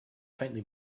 faintly